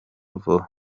vuba